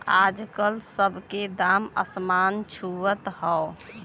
आजकल सब के दाम असमान छुअत हौ